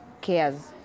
cares